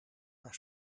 haar